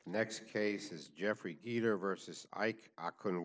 next cases jeffrey either versus ike i couldn't